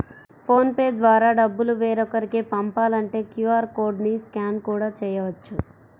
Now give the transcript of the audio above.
phone pay ద్వారా డబ్బులు వేరొకరికి పంపాలంటే క్యూ.ఆర్ కోడ్ ని స్కాన్ కూడా చేయవచ్చు